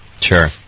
sure